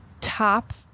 top